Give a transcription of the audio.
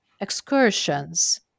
excursions